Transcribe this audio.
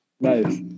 Nice